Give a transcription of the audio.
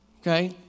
Okay